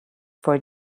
for